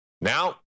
Now